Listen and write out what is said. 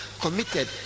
committed